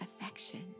affection